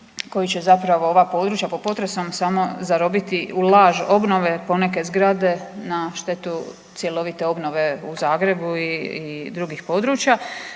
koji će zapravo ova područja pod potresom samo zarobiti u laž obnove poneke zgrade na štetu cjelovite obnove u Zagrebu i drugih područja.